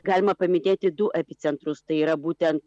galima paminėti du epicentrus tai yra būtent